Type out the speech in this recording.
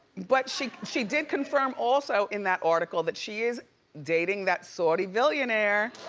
but, she she did confirm also in that article that she is dating that saudi billionaire.